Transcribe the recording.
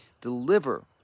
Deliver